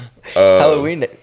halloween